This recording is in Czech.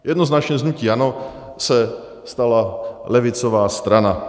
Jednoznačně z hnutí ANO se stala levicová strana.